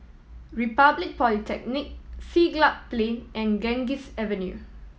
Republic Polytechnic Siglap Plain and Ganges Avenue